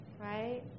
Right